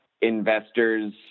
investors